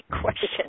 question